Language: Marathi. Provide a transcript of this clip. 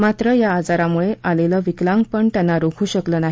मात्र या आजारामुळे आलेलं विकलांगपण त्यांना रोखू शकलं नाही